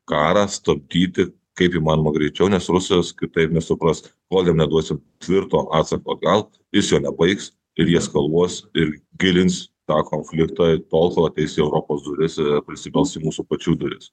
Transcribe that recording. karą stabdyti kaip įmanoma greičiau nes rusas kitaip nesupras kol jam neduosi tvirto atsako atgal jis jo nebaigs ir jį eskaluos ir gilins tą konfliktą tol kol ateis į europos duris pasibels į mūsų pačių duris